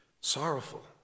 sorrowful